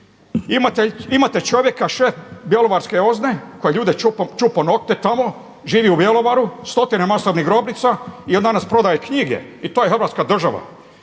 Imate čovjeka, šef bjelovarske OZNA-e koji je ljudima čupao nokte tamo, živi u Bjelovaru, stotine masovnih grobnica i on danas prodaje knjige i to je Hrvatska država.